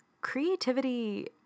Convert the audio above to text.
creativity